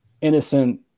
innocent